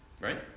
Right